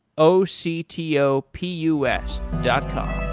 o c t o p u s dot com